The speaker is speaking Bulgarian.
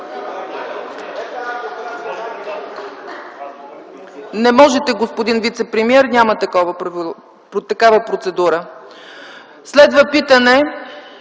Не можете, господин вицепремиер, няма такава процедура. Следва питане